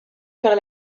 par